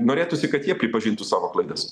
norėtųsi kad jie pripažintų savo klaidas